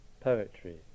poetry